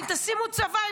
אם תשימו צבא,